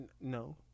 No